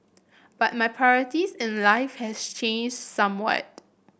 but my priorities in life has changed somewhat